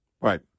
Right